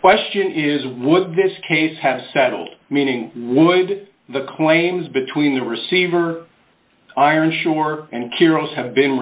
question is what this case has settled meaning would the claims between the receiver irish or and carol have been